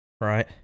Right